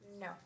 No